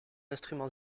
instrument